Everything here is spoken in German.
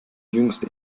jüngst